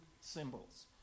symbols